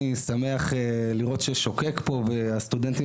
אני שמח לראות ששוקק פה והסטודנטים